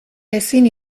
ezin